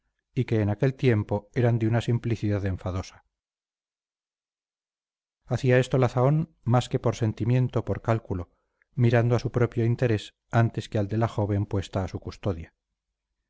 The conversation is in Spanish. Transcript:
y que en aquel tiempo eran de una simplicidad enfadosa hacía esto la zahón más que por sentimiento por cálculo mirando a su propio interés antes que al de la joven puesta a su custodia